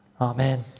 Amen